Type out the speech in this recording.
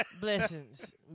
Blessings